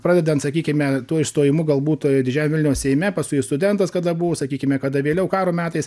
pradedant sakykime tuo išstojimu galbūt didžiajam vilniaus seime paskui studentas kada buvo sakykime kada vėliau karo metais